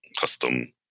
custom